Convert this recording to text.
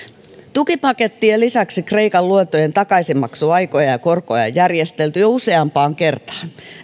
tukipakettien lisäksi kreikan luottojen takaisinmaksuaikoja ja korkoja on järjestelty jo useampaan kertaan